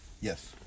Yes